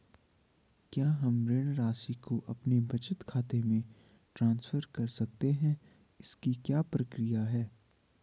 क्या हम ऋण राशि को अपने बचत खाते में ट्रांसफर कर सकते हैं इसकी क्या प्रक्रिया है?